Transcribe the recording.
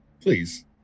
Please